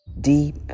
deep